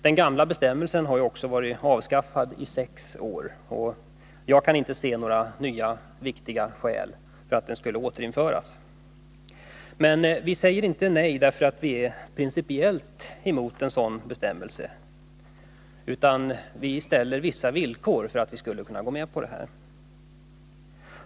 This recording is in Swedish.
Den gamla bestämmelsen har ju varit avskaffad i sex år, och jag kan inte se några nya viktiga skäl för att den skulle återinföras. Vi i vpk säger inte nej därför att vi är principiellt emot en sådan bestämmelse, utan vi ställer vissa villkor för att gå med på ett återinförande.